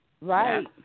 Right